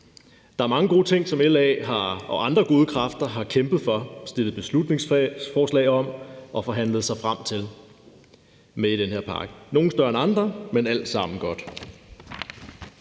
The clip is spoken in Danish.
den her pakke, som LA og andre gode kræfter har kæmpet for, fremsat beslutningsforslag om og forhandlet sig frem til. Nogle af dem er større end andre, men det er alt sammen godt.